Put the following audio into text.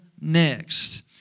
next